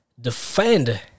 defend